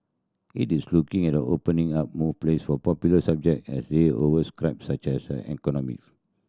it is looking at opening up more place for popular subject as they such as economic